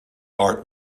art